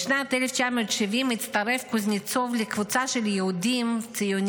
בשנת 1970 הצטרף קוזנצוב לקבוצה של יהודים ציונים